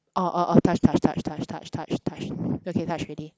orh orh orh touch touch touch touch touch touch touch okay touch already